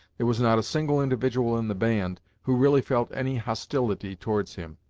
there was not a single individual in the band who really felt any hostility towards him,